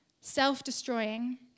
self-destroying